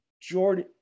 Jordan